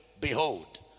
behold